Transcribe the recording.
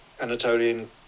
anatolian